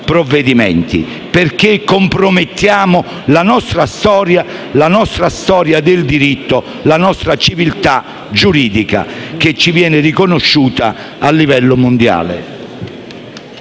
provvedimenti, perché rischiamo di compromettere la nostra storia del diritto e la civiltà giuridica che ci viene riconosciuta a livello mondiale.